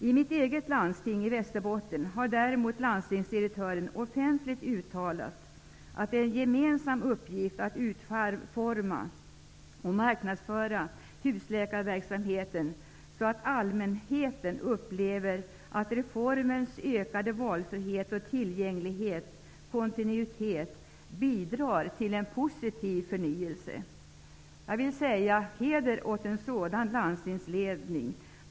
I mitt eget landsting, i Västerbotten, har däremot landstingsdirektören offentligt uttalat att det är en gemensam uppgift att utforma och marknadsföra husläkarverksamheten så att allmänheten upplever att reformens ökade valfrihet och tillgänglighet/kontinuitet bidrar till en positiv förnyelse. Jag vill säga: Heder åt en sådan landstingsledning!